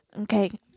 okay